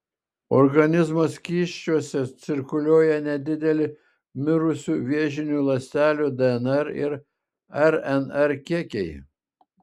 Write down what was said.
organizmo skysčiuose cirkuliuoja nedideli mirusių vėžinių ląstelių dnr ir rnr kiekiai